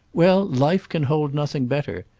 well, life can hold nothing better.